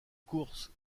course